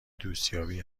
دوستیابی